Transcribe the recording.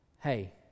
hey